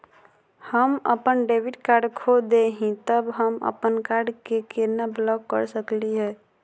हम अपन debit card खो दे ही, त हम अप्पन कार्ड के केना ब्लॉक कर सकली हे?